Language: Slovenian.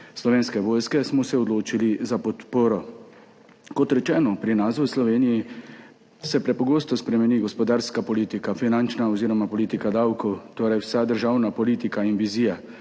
Slovenske vojske, smo se odločili za podporo. Kot rečeno, pri nas v Sloveniji se prepogosto spremeni gospodarska politika, finančna oziroma politika davkov, torej vsa državna politika in vizija,